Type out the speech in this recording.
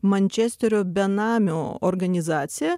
mančesterio benamių organizacija